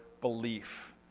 belief